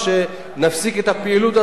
שנפסיק את הפעילות הזאת,